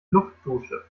luftdusche